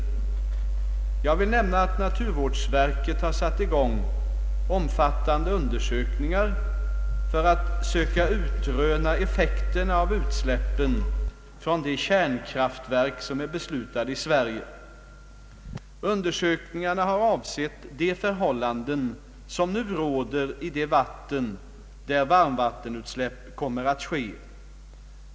Jag vill nämna att naturvårdsverket har satt i gång omfattande undersökningar för att söka utröna effekterna av utsläppen från de kärnkraftverk som är beslutade i Sverige. Undersökningarna har avsett de förhållanden som nu råder i de vatten där varmvattenutsläpp kommer att ske.